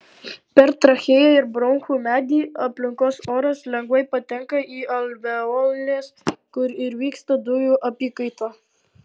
per trachėją ir bronchų medį aplinkos oras lengvai patenka į alveoles kur ir vyksta dujų apykaita